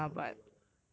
confirm [one] lah